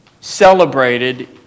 celebrated